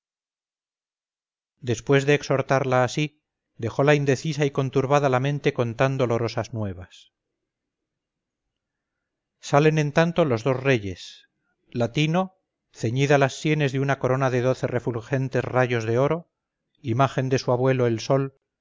después de exhortarla así dejola indecisa y conturbada la mente con tan dolorosas nuevas salen en tanto los dos reyes latino ceñidas las sienes de una corona de doce refulgentes rayos de oro imagen de su abuelo el sol